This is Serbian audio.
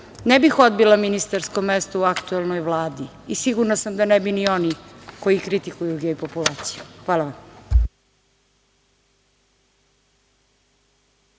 ne bih odbila ministarsko mesto u aktuelnoj Vladi i sigurna sam da ne bi ni oni koji kritikuju gej populaciju. Hvala vam.